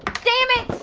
damn it!